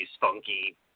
funky